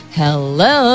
hello